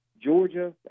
Georgia